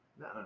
no